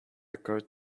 occurred